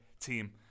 team